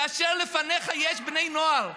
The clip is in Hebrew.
כאשר לפניך יש בני נוער,